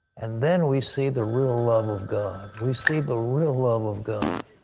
and then we see the real love of god. we see the real love of god.